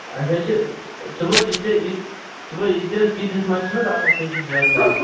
اَسہِ حظ چھِ ژٕ ژٕ بوز یہِ ژےٚ یہِ ژٕ بوز یہِ تہِ حظ کِچنَس منٛز چھِنہٕ حظ آسان تہِ چھُ ضرورت اسہِ